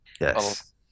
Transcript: Yes